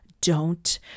Don't